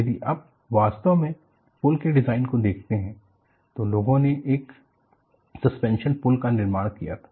यदि आप वास्तव में पुल के डिज़ाइन को देखते हैं तो लोगों ने एक सस्पेन्शन पुल का निर्माण किया था